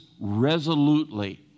resolutely